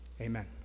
Amen